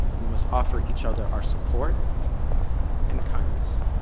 we must offer each other our support and kindness,